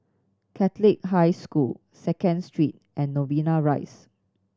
Catholic High School Second Street and Novena Rise